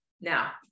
Now